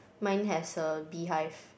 mine has a bee hive